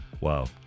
Wow